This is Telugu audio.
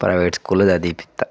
ప్రైవేట్ స్కూల్లో చదివిపిస్తాను